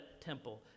temple